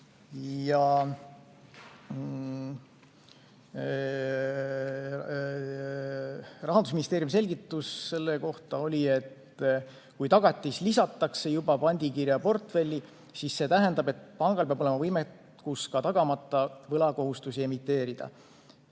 Rahandusministeeriumi selgitus selle kohta oli, et kui tagatis lisatakse juba pandikirjaportfelli, siis see tähendab, et pangal peab olema võimekus ka tagamata võlakohustusi emiteerida.